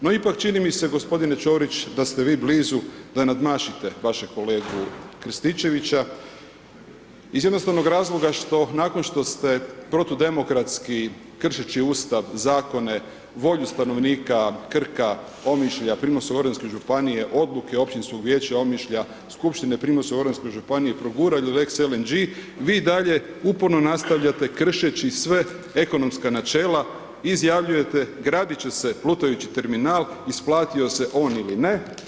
No ipak čini mi se gospodine Čorić, da ste vi blizu da nadmašite vašeg kolegu Krstičevića iz jednostavnog razloga nakon što ste protudemokratski, kršeći Ustav, zakone, volju stanovnika Krka, Omišlja, Primorsko-goranske županije, odluke Općinskog vijeća Omišlja, Skupštine Primorsko-goranske županije progurali lex LNG vi i dalje uporno nastavljate kršeći sve ekonomska načela, izjavljujete gradit će se plutajući terminal isplatio se on ili ne.